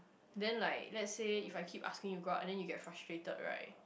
then like let's say if I keep asking you to go out and then you get frustrated right